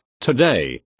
today